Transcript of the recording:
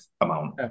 amount